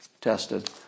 tested